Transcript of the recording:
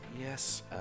yes